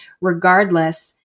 Regardless